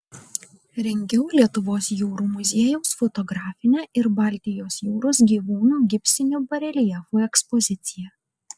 rengiau lietuvos jūrų muziejaus fotografinę ir baltijos jūros gyvūnų gipsinių bareljefų ekspoziciją